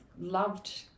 loved